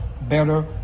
better